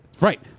right